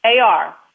AR